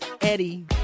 Eddie